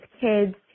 kids